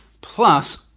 plus